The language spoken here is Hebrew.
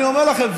אני אומר לכם,